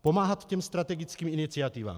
Pomáhat strategickým iniciativám.